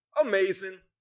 Amazing